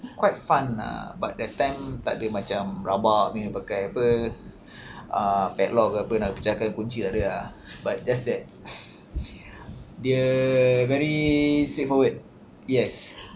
quite fun lah but that time tak ada macam rabak punya pakai apa uh padlock ke apa nak pecahkan kunci tak ada ah but just that dia very straightforward yes